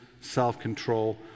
self-control